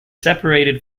separated